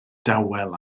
dawel